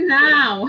now